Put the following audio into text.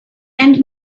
and